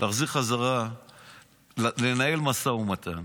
לנהל משא ומתן,